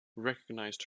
recognized